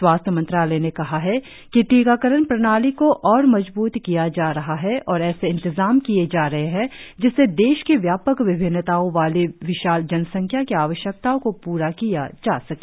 स्वास्थ्य मंत्रालय ने कहा है कि टीकाकरण प्रणाली को और मजबूत किया जा रहा है और ऐसे इंतजाम किये जा रहे हैं जिससे देश की व्यापक विभिन्नताओं वाली विशाल जनसंख्या की आवश्यकताओं को पूरा किया जा सके